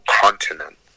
continent